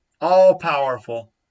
all-powerful